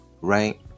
Right